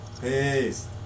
Peace